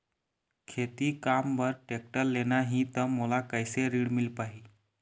खेती काम बर टेक्टर लेना ही त मोला कैसे ऋण मिल पाही?